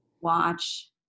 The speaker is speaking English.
watch